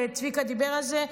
וצביקה דיבר על זה,